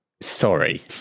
Sorry